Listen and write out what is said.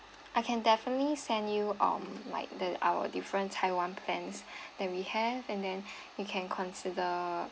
I can definitely send you um like uh our different taiwan plans that we have and then you can consider